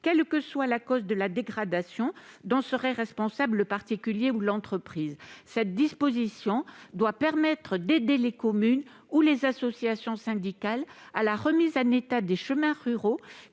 quelle que soit la cause de la dégradation dont serait responsable le particulier ou l'entreprise. Cette disposition doit permettre d'aider les communes, ou les associations syndicales, à remettre en état des chemins ruraux